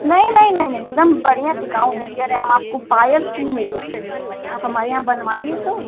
नही नहीं नहीं नहीं एकदम बढ़िया टिकाऊ देंगे अरे हम आपको पायल फ्री में देंगे आप हमारे यहाँ बनवाइए तो